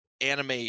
anime